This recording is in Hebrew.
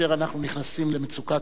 אנחנו נכנסים למצוקה קשה.